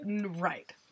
Right